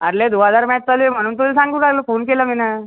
अरे लय धुवाधार म्याच चालू आहे म्हणून तुला सांगू राहिलो फोन केला मीनं